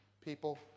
people